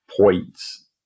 points